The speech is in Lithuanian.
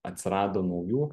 atsirado naujų